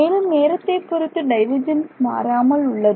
மேலும் நேரத்தை பொருத்து டைவர்ஜென்ஸ் மாறாமல் உள்ளது